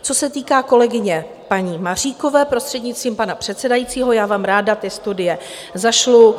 Co se týká kolegyně Maříkové, prostřednictvím pana předsedajícího, já vám ráda ty studie zašlu.